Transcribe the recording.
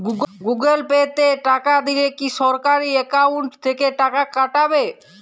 Google pay তে টাকা দিলে কি সরাসরি অ্যাকাউন্ট থেকে টাকা কাটাবে?